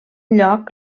lloc